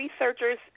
researchers